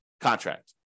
contract